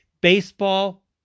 Baseball